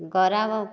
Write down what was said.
ଗରା ବ୍